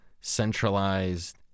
centralized